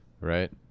Right